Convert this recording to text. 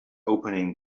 opening